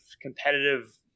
competitive